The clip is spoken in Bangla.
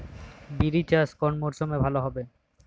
বিরি চাষ কোন মরশুমে ভালো হবে?